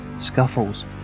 scuffles